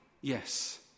Yes